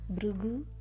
Brugu